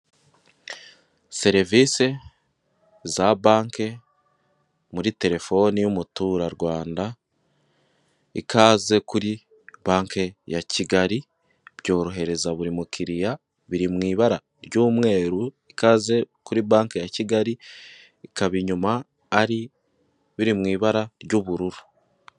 Serivisi za banki muri telefoni y'umuturarwanda. Ikaze kuri banki ya Kigali byorohereza buri mukiriya biri mu ibara ry'umweru. Ikaze kuri banki ya Kigali ikaba inyuma ari ibiri mu ibara ry'ubururu.